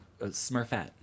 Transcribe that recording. Smurfette